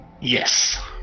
yes